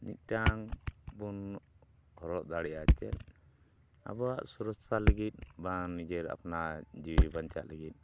ᱢᱤᱫᱴᱟᱝ ᱵᱚᱱ ᱦᱚᱨᱚᱜ ᱫᱟᱲᱮᱭᱟᱜᱼᱟ ᱪᱮᱫ ᱟᱵᱚᱣᱟᱜ ᱥᱩᱨᱚᱠᱽᱠᱷᱟ ᱞᱟᱹᱜᱤᱫ ᱵᱟᱝ ᱱᱤᱡᱮᱨ ᱟᱯᱱᱟᱨ ᱡᱤᱣᱤ ᱵᱟᱧᱪᱟᱜ ᱞᱟᱹᱜᱤᱫ